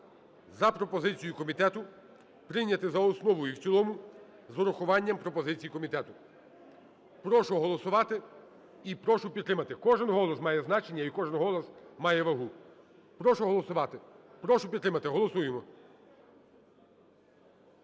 за пропозицію комітету прийняти за основу і в цілому з урахуванням пропозицій комітету. Прошу голосувати і прошу підтримати. Кожен голос має значення і кожен голос має вагу. Прошу голосувати і прошу підтримати. Голосуємо.